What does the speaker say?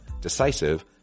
decisive